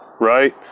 right